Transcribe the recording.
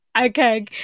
Okay